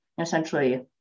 essentially